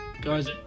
Guys